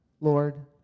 Lord